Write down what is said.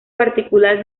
particular